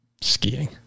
skiing